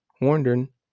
wondering